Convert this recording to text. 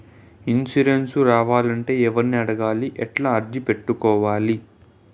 Insurance రావాలంటే ఎవర్ని అడగాలి? ఎట్లా అర్జీ పెట్టుకోవాలి?